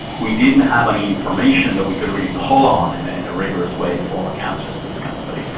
we didn't have any information that we could really pull on in ah in a rigorous way for cancers in this kind of study.